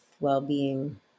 well-being